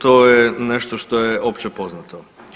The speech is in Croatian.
To je nešto što je opće poznato.